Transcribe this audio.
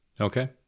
Okay